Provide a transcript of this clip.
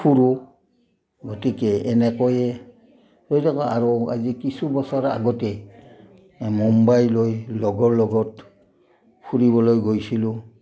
ফুুৰোঁ গতিকে এনেকৈয়ে গৈ থাকো আৰু আজি কিছু বছৰ আগতে মুম্বাইলৈ লগৰ লগত ফুৰিবলৈ গৈছিলোঁ